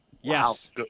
Yes